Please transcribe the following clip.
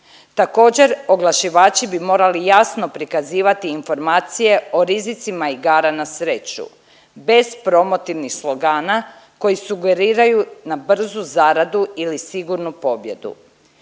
Također oglašivači bi morali jasno prikazivati informacije o rizicima igara na sreću bez promotivnih slogana koji sugeriraju na brzu zaradu ili sigurnu pobjedu.